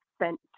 Spent